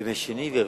בימי שני ורביעי.